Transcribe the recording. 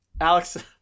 Alex